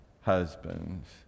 husbands